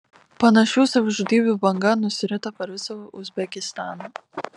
panašių savižudybių banga nusirito per visą uzbekistaną